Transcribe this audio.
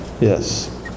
Yes